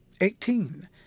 Eighteen